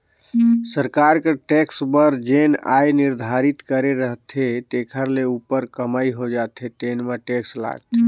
सरकार कर टेक्स बर जेन आय निरधारति करे रहिथे तेखर ले उप्पर कमई हो जाथे तेन म टेक्स लागथे